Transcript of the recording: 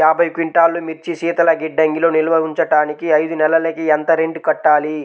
యాభై క్వింటాల్లు మిర్చి శీతల గిడ్డంగిలో నిల్వ ఉంచటానికి ఐదు నెలలకి ఎంత రెంట్ కట్టాలి?